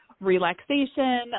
relaxation